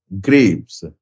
grapes